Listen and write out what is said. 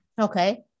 okay